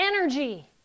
energy